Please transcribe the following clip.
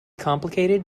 complicated